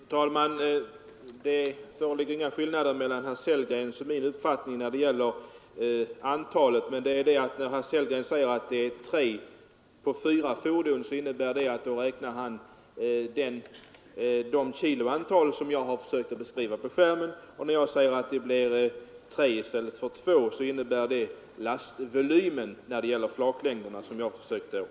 Fru talman! Det föreligger inga skillnader mellan herr Sellgrens och min uppfattning när det gäller ökningen av antalet lastbilar. När herr Sellgren säger att tre långa fordon motsvaras av fyra korta räknar han med utgång från de viktuppgifter jag angav på TV-skärmen. Min uppgift att tre korta fordon ersätter två långa bygger på lastvolymen för de flaklängder som jag åberopade.